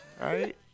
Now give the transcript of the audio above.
Right